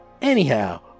anyhow